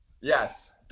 Yes